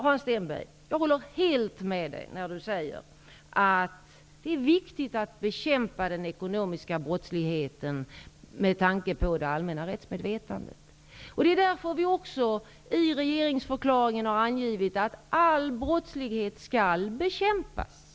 Hans Stenberg, jag håller helt med om att det är viktigt att bekämpa den ekonomiska brottsligheten med tanke på det allmänna rättsmedvetandet. Regeringen har därför i regeringsförklaringen angivit att all brottslighet skall bekämpas.